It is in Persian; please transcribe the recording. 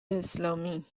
اسلامی